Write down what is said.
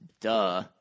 Duh